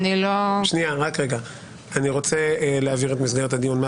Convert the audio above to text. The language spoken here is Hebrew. אני רוצה להבהיר את מסגרת הדיון.